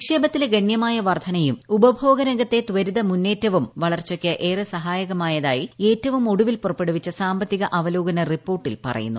നിക്ഷേപത്തിലെ ഗണ്യമായ വർധനയും ഉപഭോഗ രംഗത്തെ ത്വരിത മുന്നേറ്റവും വളർച്ചയ്ക്ക് ഏറെ സഹായകമായതായി ഏറ്റവും ഒടുവിൽ പുറപ്പെടുവിച്ച സാമ്പത്തിക അവലോകന റിപ്പോർട്ടിൽ പറയുന്നു